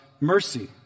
mercy